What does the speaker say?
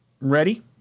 ready